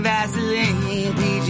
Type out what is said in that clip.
Vaseline